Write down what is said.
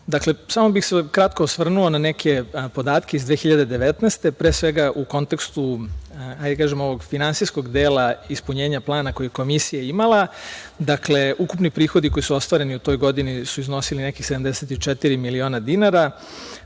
godine. Samo bih se kratko osvrnuo na neke podatke iz 2019. godine, pre svega u kontekstu finansijskog dela ispunjenja plana koje je Komisija imala. Dakle, ukupni prihodi koji su ostvareni u toj godini su iznosili nekih 74 miliona dinara,